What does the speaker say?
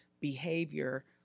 behavior